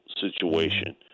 situation